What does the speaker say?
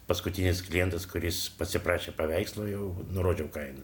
paskutinis klientas kuris pasiprašė paveikslo jau nurodžiau kainą